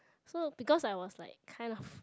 so because I was like kind of